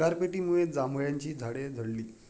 गारपिटीमुळे जांभळाची झाडे झडली